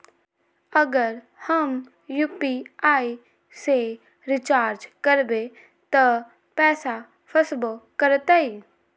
अगर हम यू.पी.आई से रिचार्ज करबै त पैसा फसबो करतई?